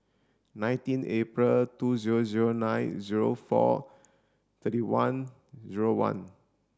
nineteen April two zero zero nine zero four thirty one zero one